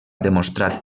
demostrat